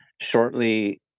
shortly